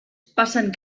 passen